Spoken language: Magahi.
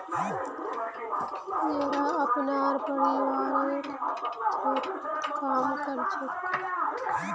येरा अपनार परिवारेर खेततत् काम कर छेक